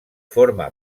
forma